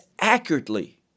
accurately